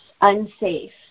unsafe